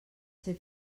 ser